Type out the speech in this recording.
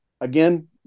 again